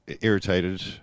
irritated